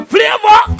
Flavor